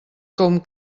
com